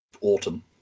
autumn